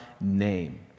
name